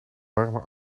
warme